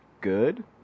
good